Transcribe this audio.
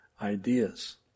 ideas